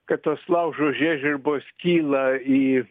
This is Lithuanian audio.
kad tos laužo žiežirbos kyla į